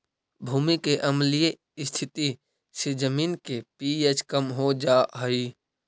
भूमि के अम्लीय स्थिति से जमीन के पी.एच कम हो जा हई